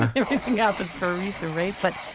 everything happens for a reason, right? but